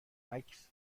عکس